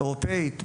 אירופאית,